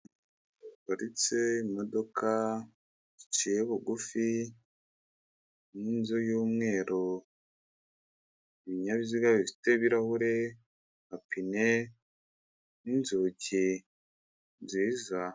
Haparitse imodoka ziciye bugufi, n'inzu y'umweru, ibinyabiziga bifite ibirahure amapine n'inzugi nziza.